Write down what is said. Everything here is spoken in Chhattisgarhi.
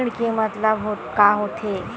ऋण के मतलब का होथे?